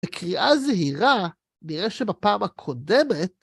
לקריאה זהירה נראה שבפעם הקודמת